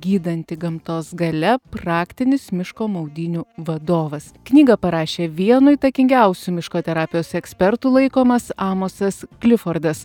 gydanti gamtos galia praktinis miško maudynių vadovas knygą parašė vieno įtakingiausių miško terapijos ekspertų laikomas amosas klifordas